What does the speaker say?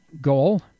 goal